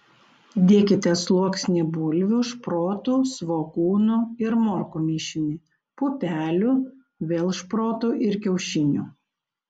dėkite sluoksnį bulvių šprotų svogūnų ir morkų mišinį pupelių vėl šprotų ir kiaušinių